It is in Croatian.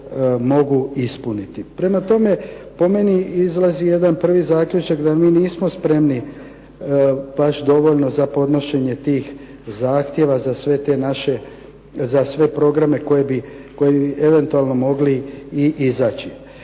Prema tome, po meni izlazi jedan prvi zaključak da mi nismo spremni baš dovoljno za podnošenje tih zahtjeva, za sve te naše, za sve programe koje bi evenutalno mogli i izaći.